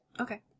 Okay